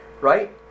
right